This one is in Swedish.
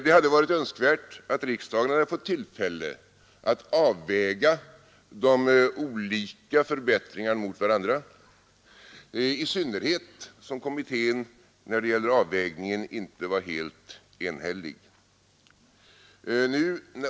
Det hade varit önskvärt att riksdagen fått tillfälle att avväga de olika förbättringarna mot varandra, i synnerhet som kommittén när det gäller avvägningen inte var helt enig.